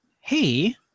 hey